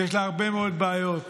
ויש לה הרבה מאוד בעיות,